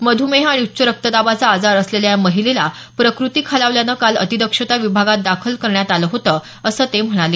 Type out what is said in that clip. मध्मेह आणि उच्च रक्तदाबाचा आजार असलेल्या या महिलेला प्रकृती खालावल्यानं काल अतिदक्षता विभागात दाखल करण्यात आलं होतं असं ते म्हणाले